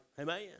Amen